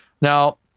Now